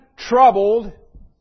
Troubled